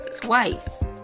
twice